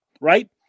right